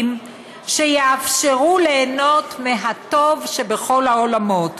שיאפשרו ליהנות מהטוב שבכל העולמות.